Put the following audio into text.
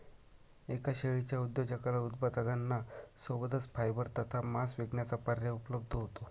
एका शेळीच्या उद्योजकाला उत्पादकांना सोबतच फायबर तथा मांस विकण्याचा पर्याय उपलब्ध होतो